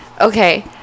Okay